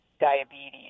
diabetes